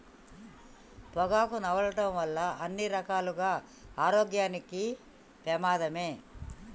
పొగాకు నమలడం వల్ల అన్ని రకాలుగా ఆరోగ్యానికి పెమాదమే